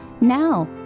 now